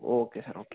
okay sir okay